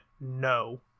No